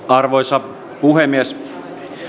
arvoisa puhemies tämän